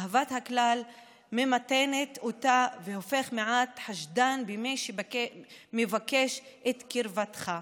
אהבת הכלל מתמתנת ואתה הופך מעט חשדן במי שמבקש את קרבתך.